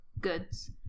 goods